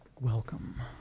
Welcome